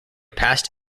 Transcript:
past